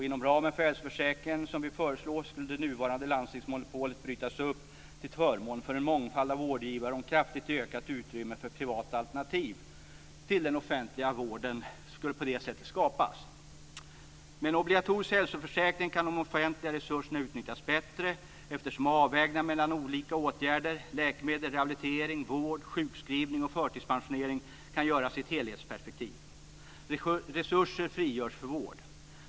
Inom ramen för den hälsoförsäkring som vi föreslår skulle det nuvarande landstingsmonopolet brytas upp, till förmån för en mångfald av vårdgivare. Ett kraftigt ökat utrymme för privata alternativ till den offentliga vården skulle på det sättet skapas. Med en obligatorisk hälsoförsäkring kan de offentliga resurserna utnyttjas bättre eftersom avvägningar mellan olika åtgärder - läkemedel, rehabilitering, vård, sjukskrivning och förtidspensionering - kan göras i ett helhetsperspektiv. Resurser frigörs för vård.